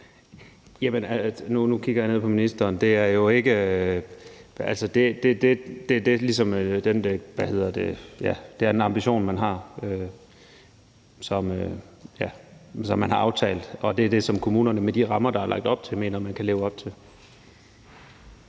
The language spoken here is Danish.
Nu kigger jeg ned på ministeren. Det er en ambition, som man har aftalt, og det er det, som kommunerne – med de rammer, der er lagt – mener de kan leve op til.